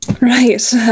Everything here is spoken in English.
Right